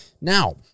Now